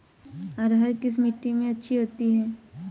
अरहर किस मिट्टी में अच्छी होती है?